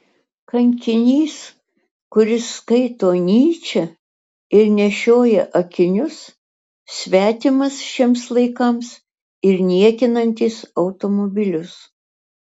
kankinys kuris skaito nyčę ir nešioja akinius svetimas šiems laikams ir niekinantis automobilius